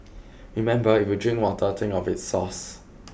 remember if you drink water think of its source